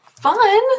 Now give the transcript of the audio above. Fun